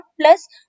plus